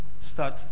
start